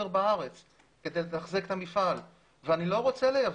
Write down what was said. בארץ כדי לתחזק את המפעל ואני לא רוצה לייבא.